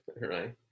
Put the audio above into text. right